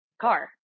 car